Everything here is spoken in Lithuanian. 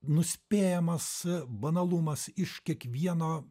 nuspėjamas banalumas iš kiekvieno